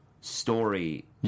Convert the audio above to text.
story